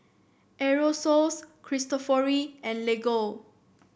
Aerosoles Cristofori and Lego